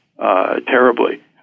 Terribly